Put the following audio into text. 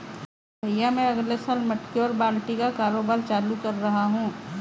भैया मैं अगले साल मटके और बाल्टी का कारोबार चालू कर रहा हूं